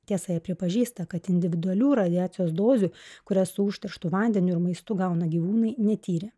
tiesa jie pripažįsta kad individualių radiacijos dozių kurias su užterštu vandeniu ir maistu gauna gyvūnai netyrė